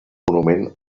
monument